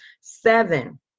seven